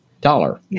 dollar